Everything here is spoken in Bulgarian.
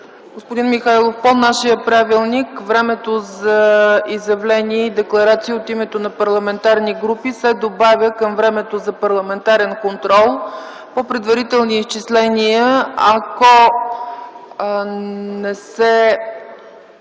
Господин Михайлов, по нашия правилник времето за изявления и декларации от името на парламентарни групи се добавя към времето за парламентарен контрол. По предварителни изчисления, ако не се